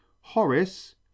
Horace